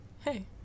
hey